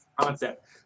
concept